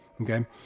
Okay